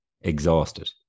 exhausted